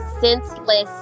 senseless